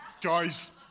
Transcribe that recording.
Guys